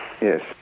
Yes